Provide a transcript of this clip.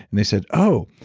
and they said, oh,